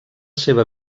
seva